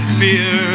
fear